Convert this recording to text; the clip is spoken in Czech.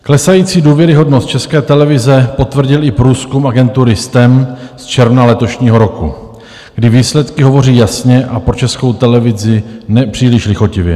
Klesající důvěryhodnost České televize potvrdil i průzkum agentury STEM z června letošního roku, kdy výsledky hovoří jasně a pro Českou televizi nepříliš lichotivě.